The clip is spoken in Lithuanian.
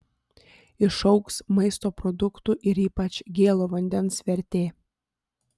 išaugs maisto produktų ir ypač gėlo vandens vertė